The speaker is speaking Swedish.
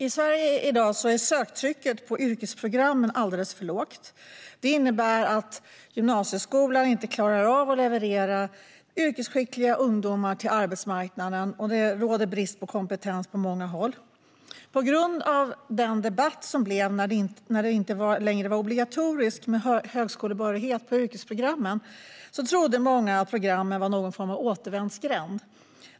I Sverige i dag är söktrycket på yrkesprogrammen alldeles för lågt. Det innebär att gymnasieskolan inte klarar av att leverera yrkesskickliga ungdomar till arbetsmarknaden. Det råder brist på kompetens på många håll. På grund av den debatt som uppstod när det inte längre var obligatoriskt med högskolebehörighet på yrkesprogrammen trodde många att programmen var någon form av återvändsgränd.